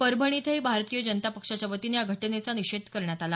परभणी इथंही भारतीय जनता पक्षाच्या वतीनं या घटनेचा निषेध करण्यात आला